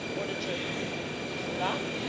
or the german nicht wahr?